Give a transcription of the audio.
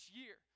year